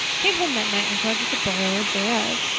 came home that night in charge of the borrowers thereof.